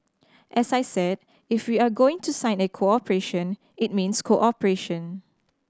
as I said if we are going to sign a cooperation it means cooperation